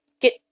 Get